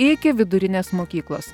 iki vidurinės mokyklos